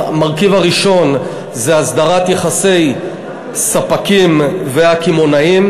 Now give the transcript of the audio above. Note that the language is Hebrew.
המרכיב הראשון זה הסדרת יחסי ספקים וקמעונאים,